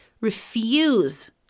refuse